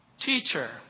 teacher